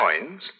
coins